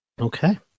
Okay